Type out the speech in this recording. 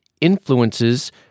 influences